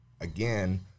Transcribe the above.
again